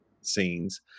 scenes